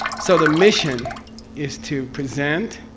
so the mission is to present.